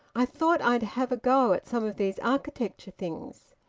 i thought i'd have a go at some of these architecture things.